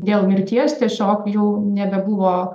dėl mirties tiesiog jau nebebuvo